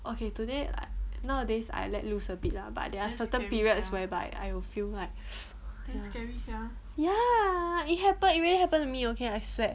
okay today nowadays I let loose a bit lah but there are certain periods whereby I will feel like ya it happened it really happen to me okay I swear